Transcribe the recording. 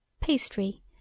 Pastry